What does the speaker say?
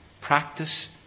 Practice